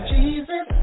Jesus